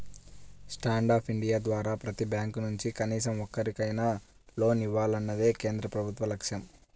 stand up India ద్వారా ప్రతి bank నుంచి కనీసం ఒక్కరికైనా లోన్ ఇవ్వాలన్నదే కేంద్ర ప్రభుత్వ లక్ష్యం